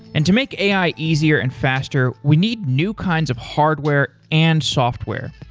and to make ai easier and faster, we need new kinds of hardware and software,